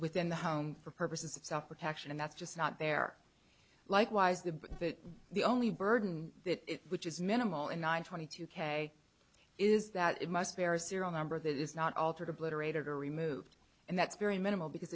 within the home for purposes of self protection and that's just not there likewise the the only burden which is minimal in nine twenty two k is that it must bear a serial number that is not altered obliterated or removed and that's very minimal because